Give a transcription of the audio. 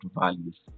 values